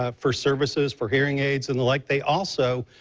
ah for services for hearing aids and the like. they also